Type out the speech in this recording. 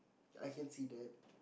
I can see that